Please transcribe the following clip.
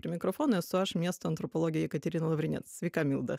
prie mikrofonas esu aš miesto antropologė jekaterina lavrinec sveika milda